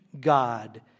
God